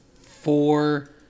four